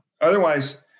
otherwise